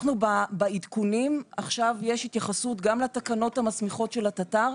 בעדכונים עכשיו יש התייחסות גם לתקנות המסמיכות של התט"ר,